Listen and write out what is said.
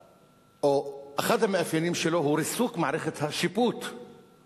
אחד המאפיינים של הפאשיזם הוא ריסוק מערכת השיפוט,